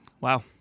Wow